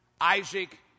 Isaac